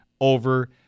over